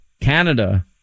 Canada